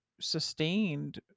sustained